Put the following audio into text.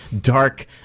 dark